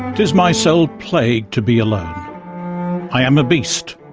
tis my sole plague to be alone i am a beast,